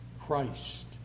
Christ